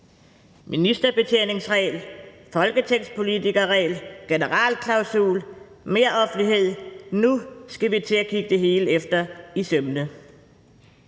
Ministerbetjeningsreglen, folketingspolitikerreglen, generalklausuler, meroffentlighed – nu skal vi til at kigge det hele efter i sømmene.